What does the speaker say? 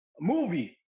movie